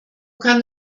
kann